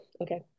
okay